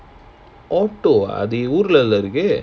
ORTO ah அது ஊர்ல:athu oorla lah இருக்கு:irukku